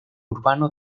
urbano